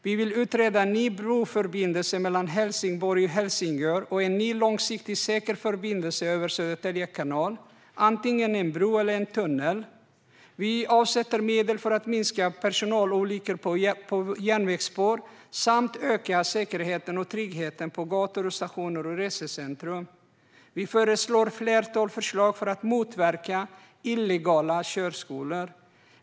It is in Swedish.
Vi vill utreda en ny broförbindelse mellan Helsingborg och Helsingör och en ny långsiktig, säker förbindelse över Södertälje kanal, antingen en bro eller en tunnel. Vi avsätter medel för att minska personalolyckor på järnvägsspår samt öka säkerheten och tryggheten på gator, stationer och resecentrum. Vi föreslår ett flertal förslag för att motverka illegala körskolor.